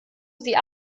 sie